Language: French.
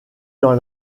dans